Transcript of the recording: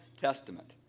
Testament